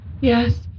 yes